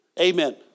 Amen